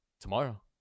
tomorrow